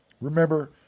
Remember